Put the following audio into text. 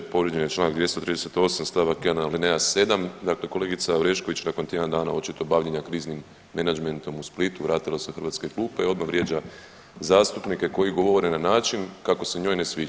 Povrijeđen je Članak 238. stavak 1. alineja 7., dakle kolegica Orešković nakon tjedan dana očito bavljenja kriznim menadžmentom u Splitu vratila se u hrvatske klupe i odmah vrijeđa zastupnike koji govore na način kako se njoj ne sviđa.